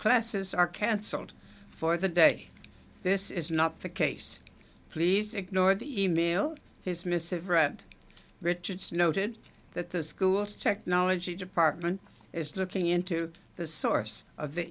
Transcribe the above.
classes are canceled for the day this is not the case please ignore the e mail his missive read richard's noted that the schools technology department is looking into the source of the